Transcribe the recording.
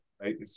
right